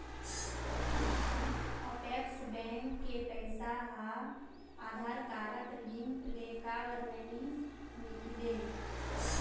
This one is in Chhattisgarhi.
अपेक्स बैंक के पैसा हा आधार कारड लिंक ले काबर नहीं निकले?